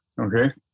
Okay